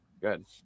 Good